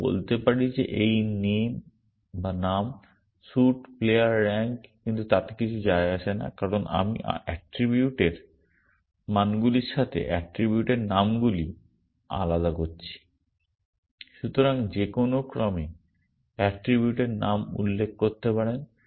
আমি বলতে পারি যে এই নাম স্যুট প্লেয়ার র্যাঙ্ক কিন্তু তাতে কিছু যায় আসে না কারণ আমরা অ্যাট্রিবিউটের মানগুলির সাথে অ্যাট্রিবিউটের নামগুলি আলাদা করছি। আপনি যেকোন ক্রমে অ্যাট্রিবিউটের নাম উল্লেখ করতে পারেন